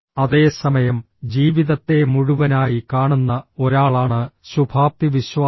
അതേസമയം ജീവിതത്തെ മുഴുവനായി കാണുന്ന ഒരാളാണ് ശുഭാപ്തിവിശ്വാസം